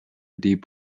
deep